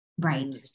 right